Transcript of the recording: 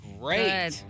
great